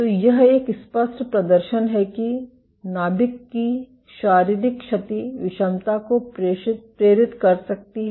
तो यह एक स्पष्ट प्रदर्शन है कि नाभिक की शारीरिक क्षति विषमता को प्रेरित कर सकती है